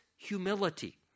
Humility